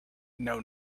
know